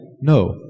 No